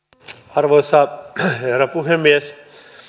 arvoisa herra puhemies